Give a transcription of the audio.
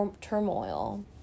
turmoil